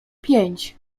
pięć